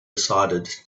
decided